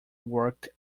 worked